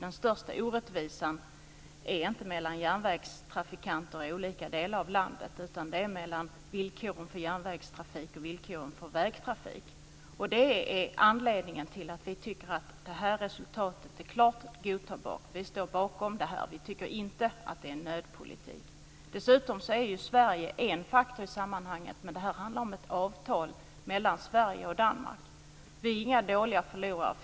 Den största orättvisan finns inte mellan järnvägstrafikanter i olika delar av landet, utan mellan villkoren för järnvägstrafik och villkoren för vägtrafik. Det är anledningen till att vi tycker att detta resultat är klart godtagbart. Vi står bakom detta, och vi tycker inte att det är nödpolitik. Dessutom är Sverige en faktor i sammanhanget. Detta handlar om ett avtal mellan Sverige och Danmark. Vi är inga dåliga förlorare.